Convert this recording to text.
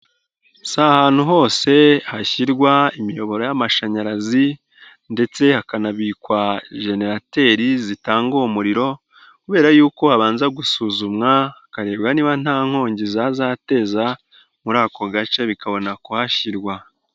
Si ahantu hose hashyirwa imiyoboro y'amashanyarazi ndetse hakanabikwa jenerateri zitanga uwo muriro, kubera yuko habanza gusuzumwa, hakarebwa niba nta nkongi zazateza muri ako gace bikabona kuhashyirwa.